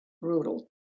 brutal